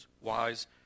Wise